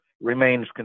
remains